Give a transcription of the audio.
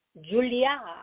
Julia